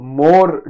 more